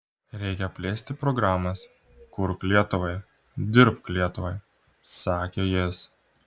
reikia plėsti programas kurk lietuvai dirbk lietuvai sakė jis